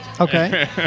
Okay